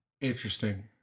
Interesting